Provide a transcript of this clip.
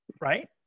right